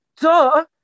duh